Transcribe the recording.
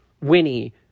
Winnie